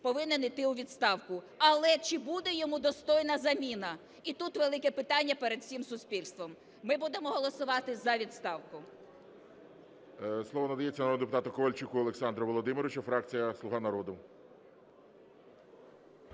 повинен йти у відставку. Але чи буде йому достойна заміна? І тут велике питання перед усім суспільством. Ми будемо голосувати за відставку. ГОЛОВУЮЧИЙ. Слово надається народному депутату Ковальчуку Олександру Володимировичу, фракція "Слуга народу".